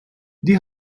die